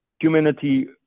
humanity